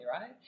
right